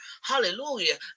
Hallelujah